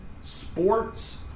sports